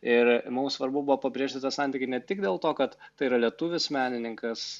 ir mums svarbu buvo pabrėžti tą santykį ne tik dėl to kad tai yra lietuvis menininkas